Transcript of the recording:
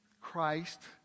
Christ